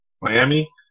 Miami